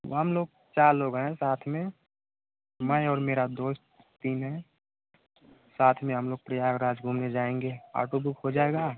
वह हम लोग चार लोग हैं साथ में मैं और मेरा दोस्त तीन हैं साथ में हम लोग प्रयागराज घूमने जाएँगे आटो बुक हो जाएगा